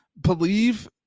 believe